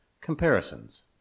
Comparisons